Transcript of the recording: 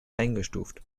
eingestuft